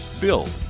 Build